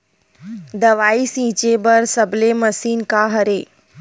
दवाई छिंचे बर सबले मशीन का हरे?